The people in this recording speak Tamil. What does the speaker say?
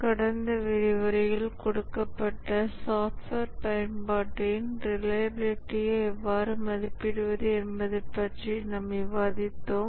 கடந்த விரிவுரையில் கொடுக்கப்பட்ட சாஃப்ட்வேர் பயன்பாட்டின் ரிலையபிலிடடியை எவ்வாறு மதிப்பிடுவது என்பது பற்றி நாம் விவாதித்தோம்